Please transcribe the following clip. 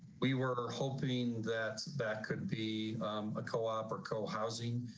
we were hoping that that could be a co op or co housing.